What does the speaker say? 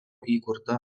įkurta